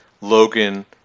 Logan